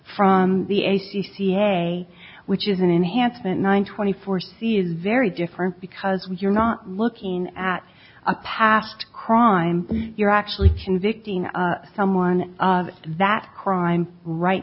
from the a c c a which is an enhancement one twenty four c is very different because you're not looking at a past crime you're actually convicting someone of that crime right